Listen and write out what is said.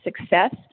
success